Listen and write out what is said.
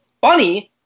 funny